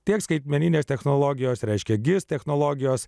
tiek skaitmeninės technologijos reiškia gis technologijos